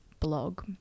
Blog